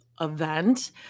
event